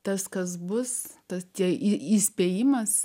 tas kas bus tas tie įspėjimas